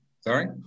Sorry